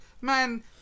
man